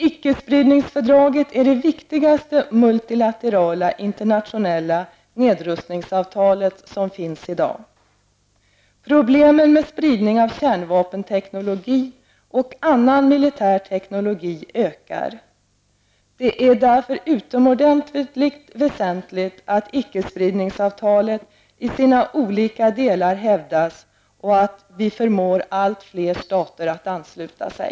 Icke-spridningsfördraget är det viktigaste multilaterala internationella nedrustningsavtalet i dag. Problemet med spridning av kärnvapenteknologi och annan militär teknologi ökar. Det är därför utomordentligt väsentligt att icke-spridningsavtalet i sina olika delar hävdas och att vi förmår allt fler stater att ansluta sig.